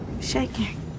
shaking